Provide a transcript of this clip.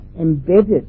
embedded